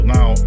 Now